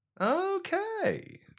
Okay